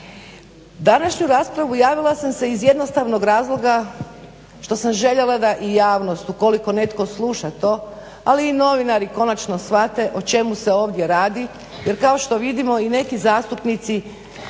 Današnju raspravu javila sam se iz jednostavnog razloga što sam željela da i javnost ukoliko netko sluša to, ali i novinari konačno shvate o čemu se ovdje radi jer kao što vidimo i neki zastupnici